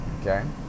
okay